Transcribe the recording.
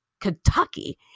Kentucky